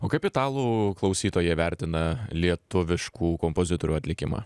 o kaip italų klausytojai vertina lietuviškų kompozitorių atlikimą